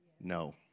No